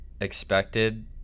expected